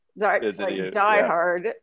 diehard